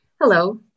Hello